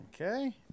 Okay